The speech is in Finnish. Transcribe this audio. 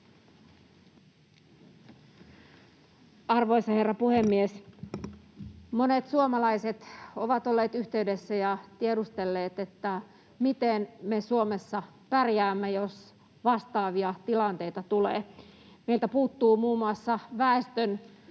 Arvoisa herra puhemies! Monet suomalaiset ovat olleet yhteydessä ja tiedustelleet, miten me Suomessa pärjäämme, jos vastaavia tilanteita tulee. Meiltä puuttuu muun muassa väestönsuojia.